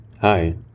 Hi